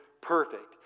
perfect